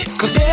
cause